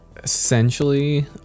Essentially